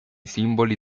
simboli